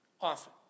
often